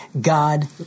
God